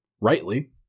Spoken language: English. rightly